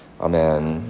Amen